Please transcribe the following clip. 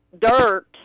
dirt